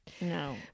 No